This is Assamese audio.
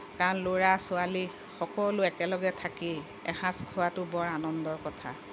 কাৰণ ল'ৰা ছোৱালী সকলো একেলগে থাকি এসাঁজ খোৱাটো বৰ আনন্দৰ কথা